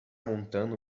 montando